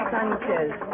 Sanchez